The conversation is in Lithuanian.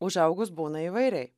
užaugus būna įvairiai